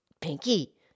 Pinky